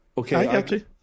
Okay